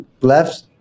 left